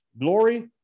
Glory